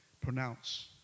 pronounce